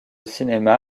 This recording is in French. cinéma